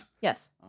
Yes